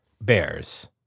Bears